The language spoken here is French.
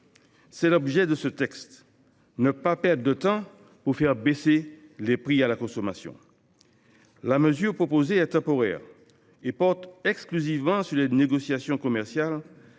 est bien de ne pas perdre de temps pour faire baisser les prix à la consommation. La mesure proposée est temporaire et porte exclusivement sur les négociations commerciales,